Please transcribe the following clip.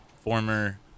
former